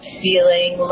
feeling